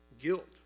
guilt